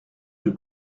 rue